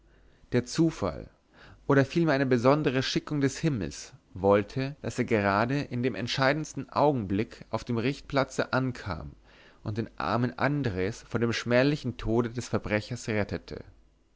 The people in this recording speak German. der zufall oder vielmehr eine besondere schickung des himmels wollte daß er gerade in dem entscheidendsten augenblick auf dem richtplatze ankam und den armen andres von dem schmählichen tode des verbrechers rettete